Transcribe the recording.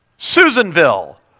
Susanville